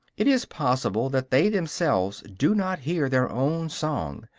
it is possible that they themselves do not hear their own song,